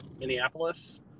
Minneapolis